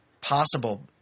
possible